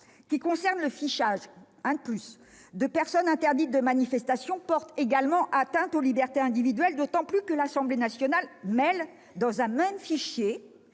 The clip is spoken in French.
qui concerne le fichage- un de plus ... -des personnes interdites de manifestation, porte également atteinte aux libertés individuelles, d'autant que l'Assemblée nationale entend mêler dans un même fichier